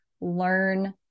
learn